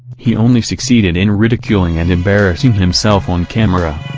he only succeeded in ridiculing and embarrassing himself on camera.